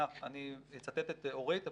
אני אצטט את אורית,